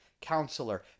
Counselor